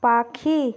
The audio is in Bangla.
পাখি